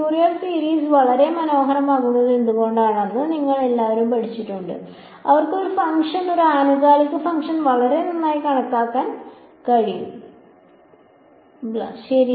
Fourier series വളരെ മനോഹരമാകുന്നത് എന്തുകൊണ്ടാണെന്ന് നിങ്ങൾ എല്ലാവരും പഠിച്ചിട്ടുണ്ട് അവർക്ക് ഒരു ഫംഗ്ഷൻ ഒരു ആനുകാലിക ഫംഗ്ഷൻ വളരെ നന്നായി കണക്കാക്കാൻ കഴിയും ബ്ലാ ശരി